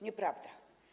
Nieprawda.